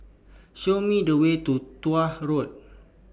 Show Me The Way to Tuah Road